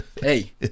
Hey